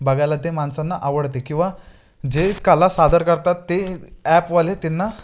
बघायला ते माणसांना आवडते किंवा जे कला सादर करतात ते ॲपवाले त्यांना